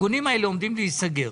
עומדים להיסגר.